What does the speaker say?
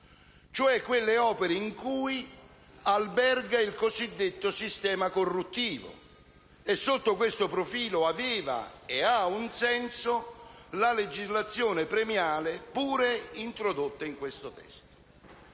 quelle opere in cui alberga il cosiddetto sistema corruttivo. E sotto questo profilo aveva e ha un senso la legislazione premiale, pur introdotta in questo testo.